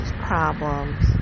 problems